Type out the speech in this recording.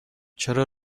چرا